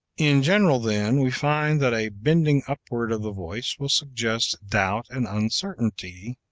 in general, then, we find that a bending upward of the voice will suggest doubt and uncertainty,